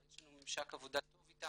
יש לנו ממשק עבודה טוב איתם